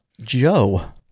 Joe